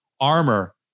armor